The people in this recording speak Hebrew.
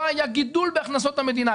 לא היה גידול בהכנסות המדינה.